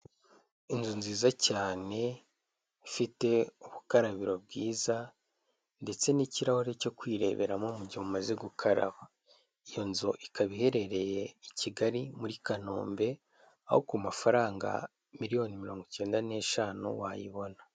Inzu nziza cyane ifite ubukarabiro bwiza ndetse n'ikirahure cyo kwireberamo mu gihe umaze gukaraba iyo nzu ikaba iherereye i Kigali muri kanombe aho ku mafaranga miliyoni mirongo icyenda n'eshanu wayibona.